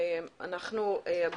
היום יום רביעי,